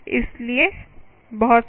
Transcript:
इसलिए बहुत सही